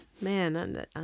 man